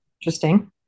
interesting